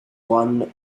won